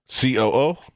COO